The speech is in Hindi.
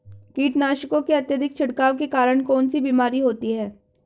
कीटनाशकों के अत्यधिक छिड़काव के कारण कौन सी बीमारी होती है?